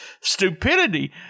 stupidity